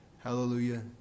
Hallelujah